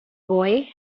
boy